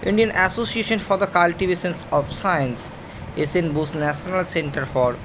Indian association for the cultivations of science S N Bose national centre for